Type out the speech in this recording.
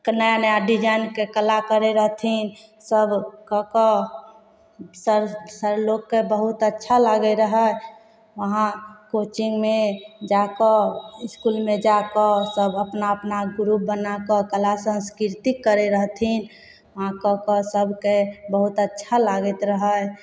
तऽ नया नया डिजाइनके कला करै रहथिन सब कऽ कऽ सब हर लोकके बहुत अच्छा लागै रहै वहाँ कोचिंगमे जाकऽ इसकुलमे जा कऽ सब अपना अपना ग्रूप बना कऽ कला संस्कीर्ति करै रहथिन वहाँ कऽ कऽ सबके बहुत अच्छा लागैत रहै